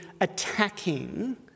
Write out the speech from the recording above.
attacking